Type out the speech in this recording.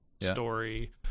story